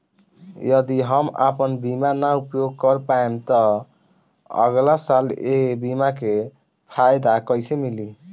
यदि हम आपन बीमा ना उपयोग कर पाएम त अगलासाल ए बीमा के फाइदा कइसे मिली?